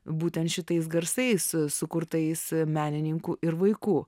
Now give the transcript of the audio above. būtent šitais garsais sukurtais menininkų ir vaikų